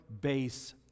base